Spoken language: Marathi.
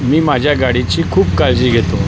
मी माझ्या गाडीची खूप काळजी घेतो